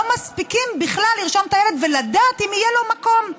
לא מספיקים בכלל לרשום את הילד ולדעת אם יהיה לו מקום.